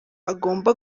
agomba